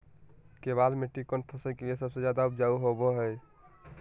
केबाल मिट्टी कौन फसल के लिए सबसे ज्यादा उपजाऊ होबो हय?